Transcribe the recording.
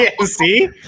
See